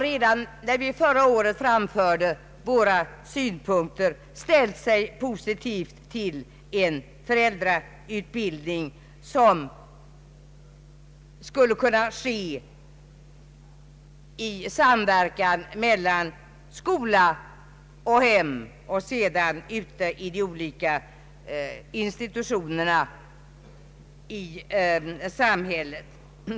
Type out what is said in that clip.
Redan när vi förra året framförde våra synpunkter ställde sig skol överstyrelsen positiv till en föräldrautbildning, som skulle kunna ske i samverkan mellan skola och hem och sedan ute i olika instanser i samhället.